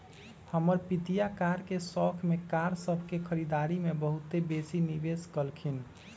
हमर पितिया कार के शौख में कार सभ के खरीदारी में बहुते बेशी निवेश कलखिंन्ह